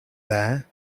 there